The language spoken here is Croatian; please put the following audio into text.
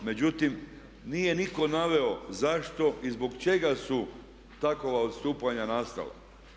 Međutim nije nitko naveo zašto i zbog čega su takva odstupanja nastala.